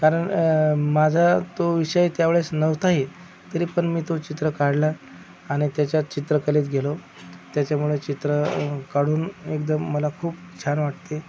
कारण माझा तो विषय त्यावेळेस नव्हताही तरी पण मी तो चित्र काढला आणि त्याच्यात चित्रकलेत गेलो त्याच्यामुळे चित्र काढून एकदम मला खूप छान वाटते